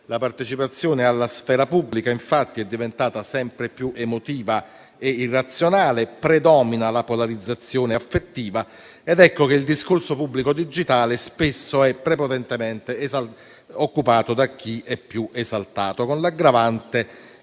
La partecipazione alla sfera pubblica infatti è diventata sempre più emotiva e irrazionale, predomina la polarizzazione affettiva ed ecco che il discorso pubblico digitale spesso è prepotentemente occupato da chi è più esaltato, con l'aggravante